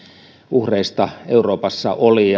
uhreista euroopassa oli